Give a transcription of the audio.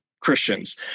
Christians